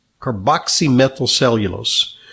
Carboxymethylcellulose